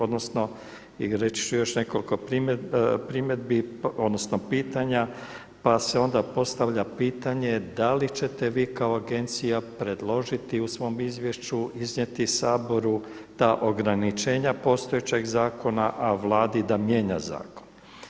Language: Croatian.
I odnosno, reći ću još nekoliko primjedbi, odnosno pitanja, pa se onda postavlja pitanje, da li ćete vi kao Agencija predložiti u svom izvješću iznijeti Saboru ta ograničenja postojećeg zakona, a Vladi da mijenja zakon?